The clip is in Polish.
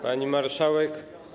Pani Marszałek!